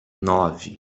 nove